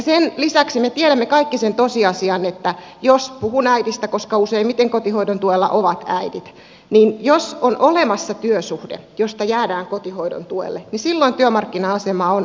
sen lisäksi me tiedämme kaikki sen tosiasian että jos äidillä puhun äidistä koska useimmiten kotihoidon tuella ovat äidit on olemassa työsuhde josta jäädään kotihoidon tuelle niin silloin työmarkkina asema on aika turvattu